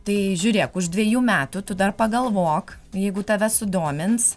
tai žiūrėk už dvejų metų tu dar pagalvok jeigu tave sudomins